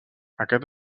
aquest